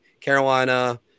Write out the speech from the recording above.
Carolina